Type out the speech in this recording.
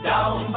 Down